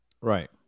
right